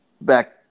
back